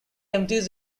empties